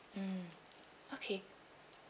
mm okay